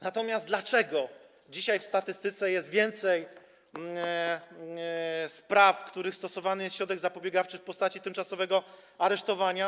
Natomiast dlaczego dzisiaj w statystyce jest więcej spraw, w których stosowany jest środek zapobiegawczy w postaci tymczasowego aresztowania?